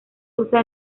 usa